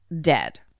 dead